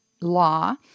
law